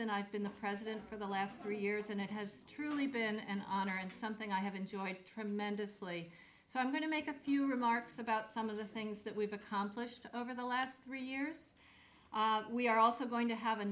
n i've been the president for the last three years and it has truly been an honor and something i have enjoyed tremendously so i'm going to make a few remarks about some of the things that we've accomplished over the last three years we are also going to have a